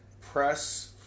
press